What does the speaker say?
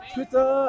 Twitter